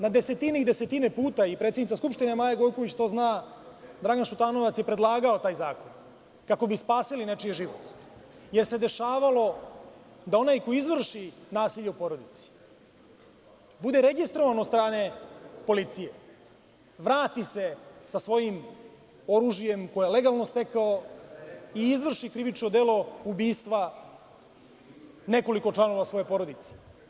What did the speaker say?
Na desetine i desetine puta, i predsednica Skupštine Maja Gojković to zna, Dragan Šutanovac je predlagao taj zakon, kako bi spasili nečiji život, jer se dešavalo da onaj ko izvrši nasilje u porodici bude registrovan od strane policije, vrati se sa svojim oružjem koje je legalno stekao i izvrši krivično delo ubistva nekoliko članova svoje porodice.